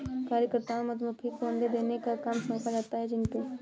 कार्यकर्ता मधुमक्खी को अंडे देने का काम सौंपा जाता है चिंटू